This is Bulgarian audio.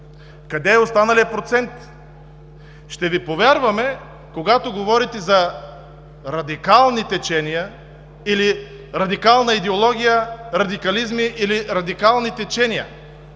къде е останалият процент? Ще Ви повярваме, когато говорите за радикални течения или радикална идеология, радикализми или радикални течения.